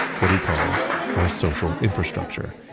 what he calls our social infrastructure.